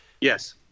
Yes